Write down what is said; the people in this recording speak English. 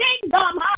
kingdom